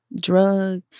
drug